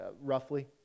roughly